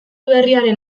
berriaren